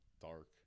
dark